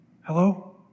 Hello